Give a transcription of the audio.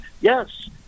Yes